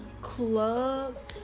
clubs